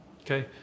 okay